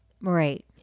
Right